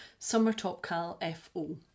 summertopcalfo